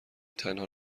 تنها